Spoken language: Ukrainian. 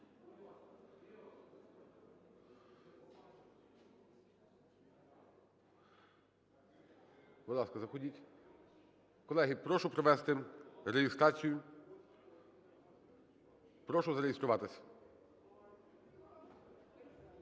Будь ласка, заходіть. Колеги, прошу провести реєстрацію. Прошу зареєструватись.